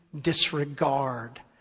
disregard